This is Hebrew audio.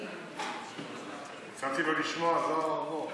אוה, הינה, גפני הגיע.